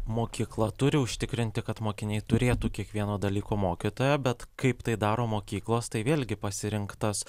mokykla turi užtikrinti kad mokiniai turėtų kiekvieno dalyko mokytoją bet kaip tai daro mokyklos tai vėlgi pasirinktas